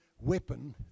weapon